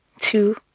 two